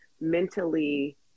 mentally